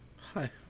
Hi